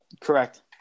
Correct